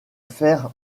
faire